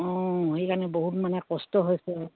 অঁ সেইকাৰণে বহুত মানে কষ্ট হৈছে